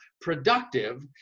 productive